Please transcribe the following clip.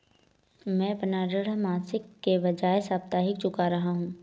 मैं अपना ऋण मासिक के बजाय साप्ताहिक चुका रहा हूँ